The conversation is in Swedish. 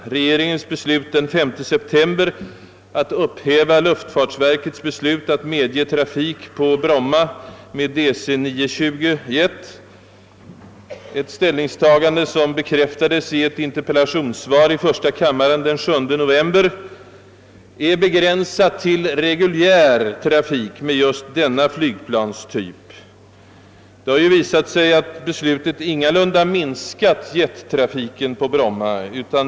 Regeringens beslut den 5 september att upphäva Juftfartsverkets beslut att medge trafik på Bromma med jetflygplan av typ DC 9 — ett ställningstagande som bekräftades i ett interpellationssvar i första kammaren den 7 november — är begränsat till reguljär trafik med just denna flygplanstyp. Det har visat sig att beslutet ingalunda minskat jettrafiken på Bromma.